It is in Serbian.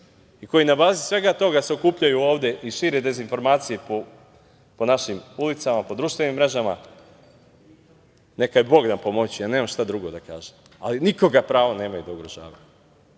i koji na bazi svega toga se okupljaju ovde i šire dezinformacije po našim ulicama, po društvenim mrežama, neka je Bog na pomoći, nemam šta drugo da kažem. Nemaju pravo nikoga da ugrožavaju.